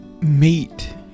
meet